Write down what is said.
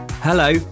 Hello